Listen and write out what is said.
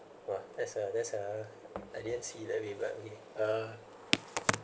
!wah! that's uh that's uh I didn't see debit but we uh